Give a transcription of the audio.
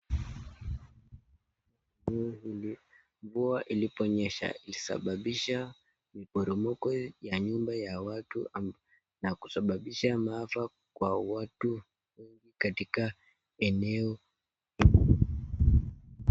Mvua iliponyesha ilisababisha miporomoko ya nyumba ya watu na kusababisha maafa kwa watu katika eneo.